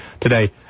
today